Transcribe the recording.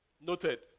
noted